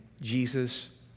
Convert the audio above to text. Jesus